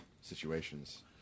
situations